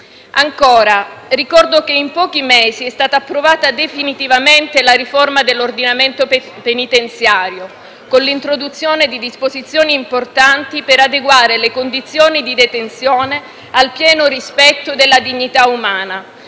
Ancora, ricordo che in pochi mesi è stata approvata definitivamente la riforma dell'ordinamento penitenziario, con l'introduzione di disposizioni importanti per adeguare le condizioni di detenzione al pieno rispetto della dignità umana,